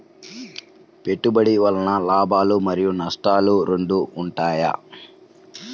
పెట్టుబడి వల్ల లాభాలు మరియు నష్టాలు రెండు ఉంటాయా?